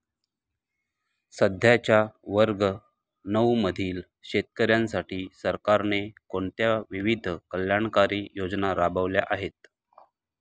सध्याच्या वर्ग नऊ मधील शेतकऱ्यांसाठी सरकारने कोणत्या विविध कल्याणकारी योजना राबवल्या आहेत?